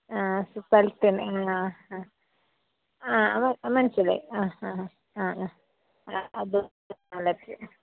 ആ സ്ഥലത്തു തന്നെ ആ ആ മനസിലായി ആ ആ ആ ആ അതും